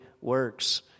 works